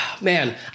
man